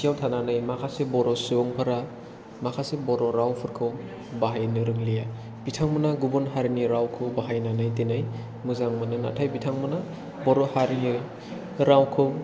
खाथियाव थानानै माखासे बर' सुबुंफोरा बर' रावखौ बाहायनो रोंलिया बिथांमोना गुबुन हारिनि रावखौ बाहायनानै दिनै मोजां मोनो नाथाय बिथांमोना बर' हारिनि रावखौ